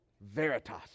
Veritas